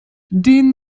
den